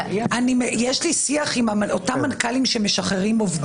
יש לי שיח עם אותם מנכ"לים שמשחררים עובדים.